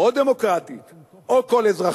או דמוקרטית או כל אזרחיה,